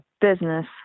business